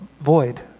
void